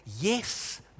yes